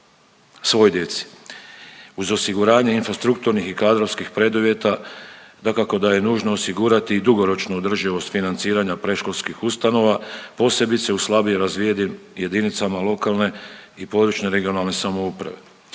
svoj djeci. Uz osiguranje strukturnih i kadrovskih preduvjeta dakako da je nužno osigurati i dugoročnu održivost financiranja predškolskih ustanove, posebice u slabije razvijenim jedinicama lokalne i područne (regionalne) samouprave.